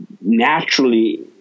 naturally